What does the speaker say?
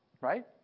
Right